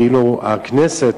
כאילו הכנסת